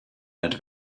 not